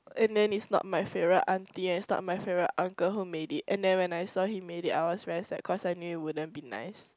and then it's not my favourite auntie and it's not my favourite uncle who made it and then when I saw he made him I was very sad cause I knew it wouldn't be nice